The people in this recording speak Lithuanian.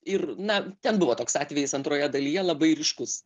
ir na ten buvo toks atvejis antroje dalyje labai ryškus